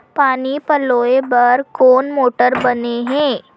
पानी पलोय बर कोन मोटर बने हे?